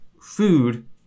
food